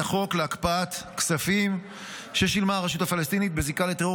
להקפאת כספים ששילמה הרשות הפלסטינית בזיקה לטרור